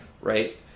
right